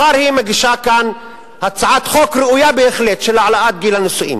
מחר היא תגיש כאן הצעת חוק ראויה בהחלט להעלאת גיל הנישואין.